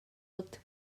looked